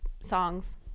songs